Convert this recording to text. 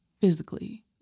physically